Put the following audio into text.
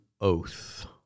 oath